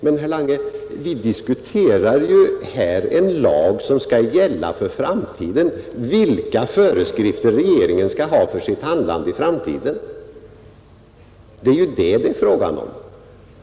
Men, herr Lange, vi diskuterar ju här en lag som skall gälla för framtiden, vilka föreskrifter regeringen skall ha för sitt handlande i framtiden. Det är ju det det är fråga om.